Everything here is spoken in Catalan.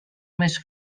més